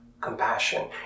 compassion